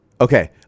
Okay